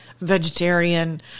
vegetarian